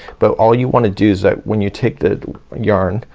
but all you wanna do is that when you take the yarn,